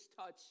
touch